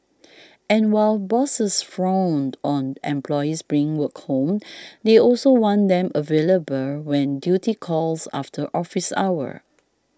and while bosses frown on employees bringing work home they also want them available when duty calls after office hours